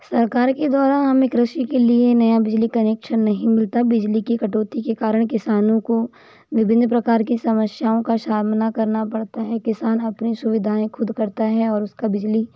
सरकार के द्वारा हमें कृषि के लिए नया बिजली कनेक्सन नहीं मिलता बिजली की कटौती के कारण किसानों को विभिन्न प्रकार की समस्याओं का सामना करना पड़ता है किसान अपनी सुविधाएँ खुद करता है और उसका बिजली